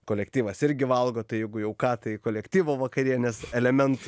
kolektyvas irgi valgo tai jeigu jau ką tai kolektyvo vakarienės elementų